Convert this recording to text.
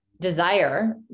desire